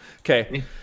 Okay